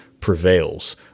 prevails